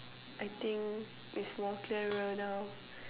I think its more clearer now